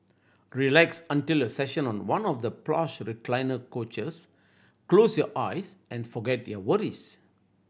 relax until your session on one of the plush recliner couches close your eyes and forget your worries